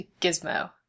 Gizmo